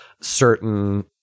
certain